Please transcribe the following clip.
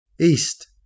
east